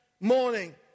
morning